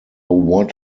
what